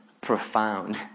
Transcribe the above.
profound